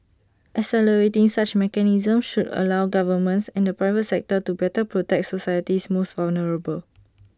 accelerating such mechanisms should allow governments and the private sector to better protect society's most vulnerable